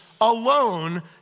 alone